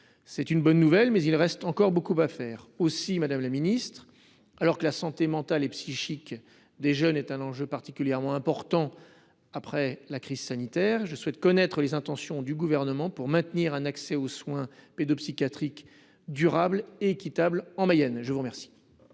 C’est une bonne nouvelle, mais il reste encore beaucoup à faire. Aussi, madame la secrétaire d’État, alors que la santé mentale et psychique des jeunes représente un enjeu particulièrement important après la crise sanitaire, je souhaite connaître les intentions du Gouvernement pour maintenir un accès aux soins pédopsychiatriques durable et équitable en Mayenne. La parole